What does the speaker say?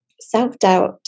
Self-doubt